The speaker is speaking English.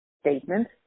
statement